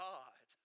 God